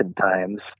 times